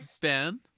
Ben